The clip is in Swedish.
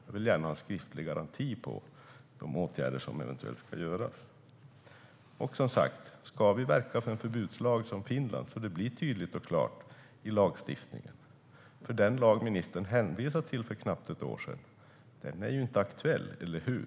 Jag vill gärna ha en skriftlig garanti på de åtgärder som eventuellt ska vidtas. Som sagt: Ska vi verka för en förbudslag som i Finland? Då skulle lagstiftningen bli tydlig och klar. Den lag ministern hänvisade till för knappt ett år sedan är inte aktuell, eller hur?